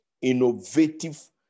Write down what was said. innovative